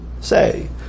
say